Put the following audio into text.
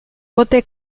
kote